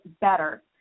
better